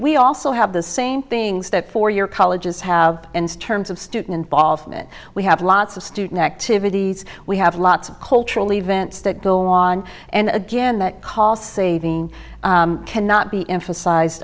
we also have the same things that four year colleges have terms of student involvement we have lots of student activities we have lots of cultural events that go on and again that cost saving cannot be emphasize